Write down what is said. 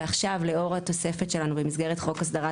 ועכשיו לאור התוספת שלנו במסגרת חוק הסדרת